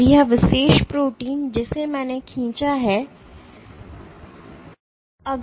तो यह विशेष प्रोटीन जिसे मैंने खींचा है में तीन तह डोमेन हैं